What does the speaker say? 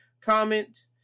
comment